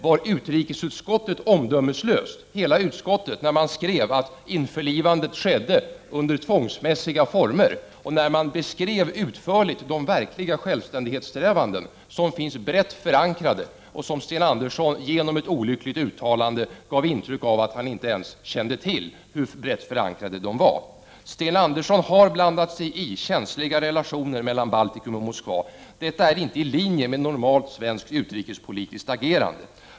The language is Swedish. Var hela utrikesutskottet omdömeslöst när det skrev att införlivandet skedde under tvångsmässiga former och när det utförligt beskrev de verkliga självständighetsträvanden som finns brett förankrade, och vilkas breda förankring Sten Andersson genom ett olyckligt uttalande gav intryck av att han inte ens kände till hur? Sten Andersson har blandat sig i känsliga relationer mellan Baltikum och Moskva. Detta är inte i linje med normalt svenskt utrikespolitiskt agerande.